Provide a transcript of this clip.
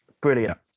brilliant